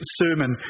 sermon